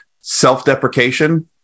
self-deprecation